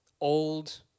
old